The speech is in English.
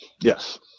Yes